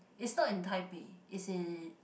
it's not in Taipei it's in